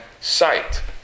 Sight